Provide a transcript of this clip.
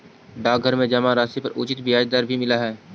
डाकघर में जमा राशि पर उचित ब्याज दर भी मिलऽ हइ